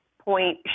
point